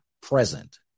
present